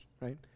right